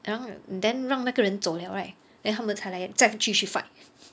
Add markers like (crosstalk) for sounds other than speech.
the~ ran~ then 让那个人走 liao right then 他们才来再继续 fight (laughs)